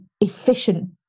efficient